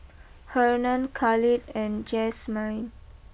Hernan Khalid and Jazmyne